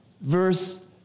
Verse